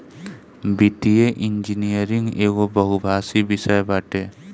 वित्तीय इंजनियरिंग एगो बहुभाषी विषय बाटे